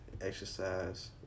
exercise